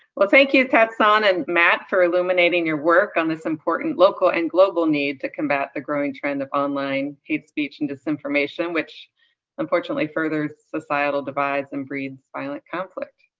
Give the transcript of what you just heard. well thank you, that zon and matt for illuminating your work on this important local and global need to combat the growing trend of online hate speech and disinformation, which unfortunately furthers societal divides and breeds violent conflict.